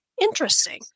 interesting